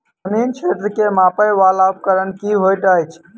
जमीन क्षेत्र केँ मापय वला उपकरण की होइत अछि?